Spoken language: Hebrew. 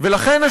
ולכן,